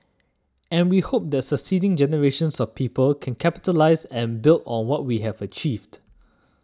and we hope that succeeding generations of people can capitalise and build on what we have achieved